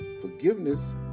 Forgiveness